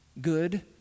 good